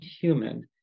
human